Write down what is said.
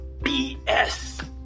BS